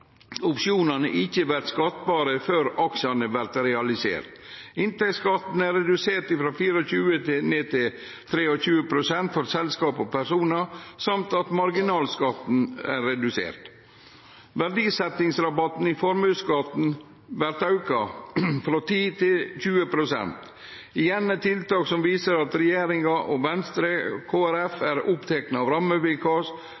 opsjonane ikkje vert skattbare før aksjane vert realiserte. Inntektsskatten er redusert frå 24 pst. til 23 pst. for selskap og personar, og marginalskatten er redusert. Verdisettingsrabatten i formuesskatten vert auka frå 10 pst. til 20 pst. – igjen eit tiltak som viser at regjeringa og Venstre